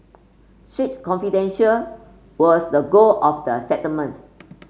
strict confidential was the goal of the settlement